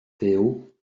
fyw